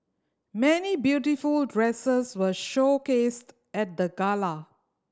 many beautiful dresses were showcased at the gala